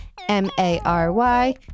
M-A-R-Y